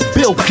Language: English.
Bill